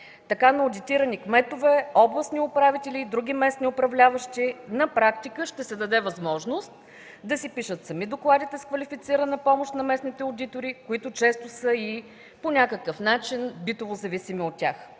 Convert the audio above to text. Така на одитирани кметове, областни управители и други местни управляващи на практика ще се даде възможност да си пишат сами докладите с квалифицираната помощ на местните одитори, които често са по някакъв начин битово зависими от тях.